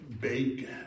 bacon